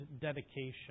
dedication